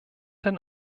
den